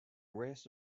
race